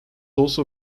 also